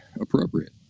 appropriate